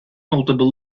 notable